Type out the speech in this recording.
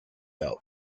belt